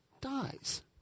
dies